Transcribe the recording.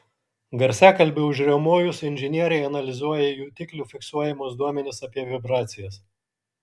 garsiakalbiui užriaumojus inžinieriai analizuoja jutiklių fiksuojamus duomenis apie vibracijas